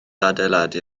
adeiladu